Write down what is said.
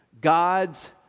God's